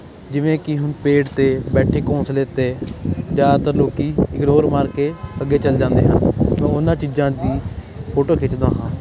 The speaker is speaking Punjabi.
ਜਿਵੇਂ ਕਿ ਹੁਣ ਪੇੜ 'ਤੇ ਬੈਠੇ ਘੋਸਲੇ 'ਤੇ ਜ਼ਿਆਦਾਤਰ ਲੋਕ ਇਗਨੋਰ ਮਾਰ ਕੇ ਅੱਗੇ ਚਲ ਜਾਂਦੇ ਆ ਉਹਨਾਂ ਚੀਜ਼ਾਂ ਦੀ ਫੋਟੋ ਖਿੱਚਦਾ ਹਾਂ